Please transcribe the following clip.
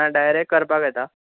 ना डायरेक्ट करपाक येता